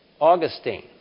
Augustine